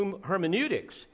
hermeneutics